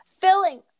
filling